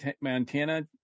Montana